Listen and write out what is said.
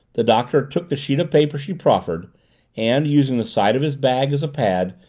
the doctor took the sheet of paper she proffered and, using the side of his bag as a pad,